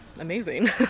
amazing